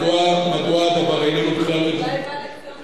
מדוע הדבר איננו בכלל אולי בא לציון גואל משר השיכון.